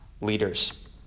leaders